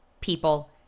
people